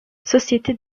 sociétés